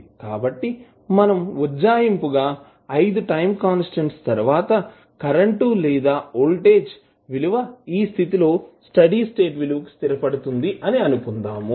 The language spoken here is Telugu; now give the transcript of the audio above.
కాబట్టి మనం ఉజ్జాయింపు గా 5 టైం కాన్స్టాంట్స్ తరువాత కరెంట్ లేదా వోల్టేజ్ విలువ ఈ స్థితిలో స్టడీ స్టేట్ విలువకు స్థిరపడుతుంది అని అనుకుందాం